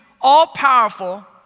all-powerful